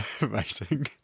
Amazing